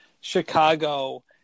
Chicago